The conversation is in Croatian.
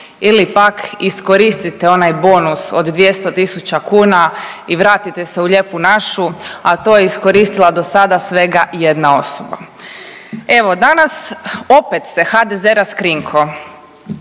ili pak iskoristite onaj bonus od 200.000 kuna i vratite se u lijepu našu, a to je iskoristila do sada svega 1 osoba. Evo danas opet se HDZ raskrinkao.